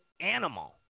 animal